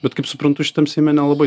bet kaip suprantu šitam seime nelabai